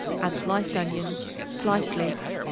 add sliced onions, sliced leeks,